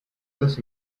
los